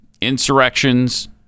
insurrections